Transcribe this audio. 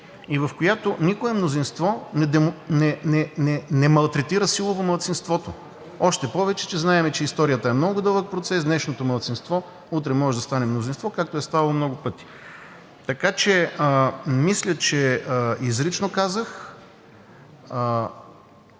и в която никое мнозинство не малтретира силово малцинството. Още повече знаем, че историята е много дълъг процес – днешното малцинство утре може да стане мнозинство, както е ставало много пъти. Изрично казах